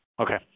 Okay